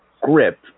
grip